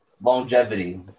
longevity